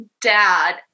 dad